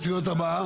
הצבעה לא אושר.